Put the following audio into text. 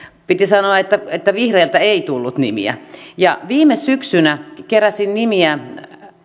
piti sanoa että että vihreiltä ei tullut nimiä viime syksynä keräsin nimiä